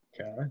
Okay